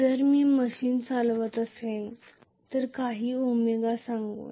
जर मी मशीन चालवत असेल तर काही ओमेगा ω सांगू या